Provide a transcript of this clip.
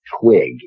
twig